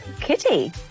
kitty